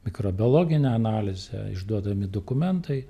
mikrobiologinė analizė išduodami dokumentai